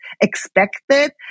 expected